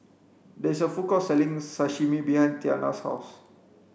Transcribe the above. there is a food court selling Sashimi behind Tiana's house